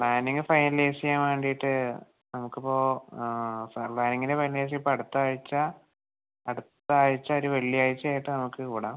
planning finalise ചെയ്യാൻ വേണ്ടിയിട്ട് നമുക്കിപ്പോൾ ആ സാർ പ്ലാനിംഗിന് വേണ്ടി ഇപ്പോൾ അടുത്ത ആഴ്ച അടുത്ത ആഴ്ച ഒര് വെള്ളിയാഴ്ച ആയിട്ട് നമുക്ക് കൂടാം